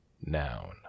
Noun